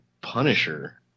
Punisher